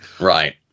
Right